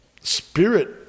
spirit